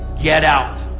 get out